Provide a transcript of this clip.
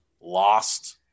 lost